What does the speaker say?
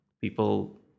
people